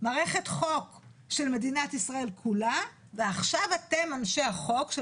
מערכת חוק של מדינת ישראל כולה ועכשיו אתם אנשי החוק של